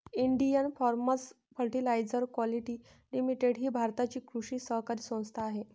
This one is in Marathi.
Indian farmers fertiliser quality limited ही भारताची कृषी सहकारी संस्था आहे